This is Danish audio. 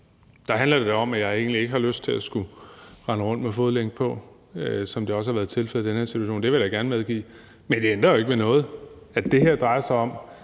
handler det om, at jeg egentlig ikke har lyst til at skulle rende rundt med fodlænke på, som det har været tilfældet i den her situation – det vil jeg da gerne medgive. Men det ændrer ikke ved, at det her drejer sig om,